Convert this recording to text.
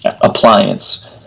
appliance